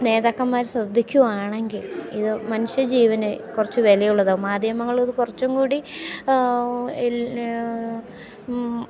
നേതാക്കമാർ ശ്രദ്ധിക്കുകയാണെങ്കിൽ ഇത് മനുഷ്യജീവനെ കുറച്ച് വിലയുള്ളതാവും മാധ്യമങ്ങളിത് കുറച്ചുംകൂടി